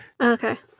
Okay